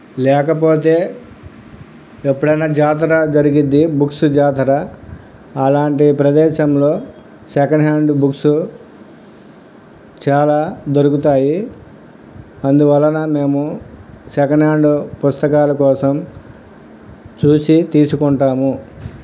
లేకపోతే ఎప్పుడైనా జాతర జరుగుతుంది బుక్సు జాతర అలాంటి ప్రదేశంలో సెకండ్ హ్యాండు బుక్సు చాలా దొరుకుతాయి అందువలన మేము సెకండ్ హ్యాండు పుస్తకాల కోసం చూసి తీసుకుంటాము